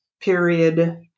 period